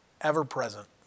ever-present